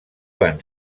van